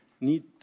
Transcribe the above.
need